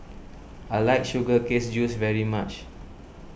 I like sugar canes juice very much